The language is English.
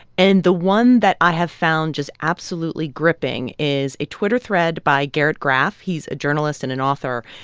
and the one that i have found just absolutely gripping is a twitter thread by garrett graff. he's a journalist and an author.